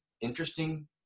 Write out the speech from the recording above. interesting